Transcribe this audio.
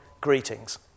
greetings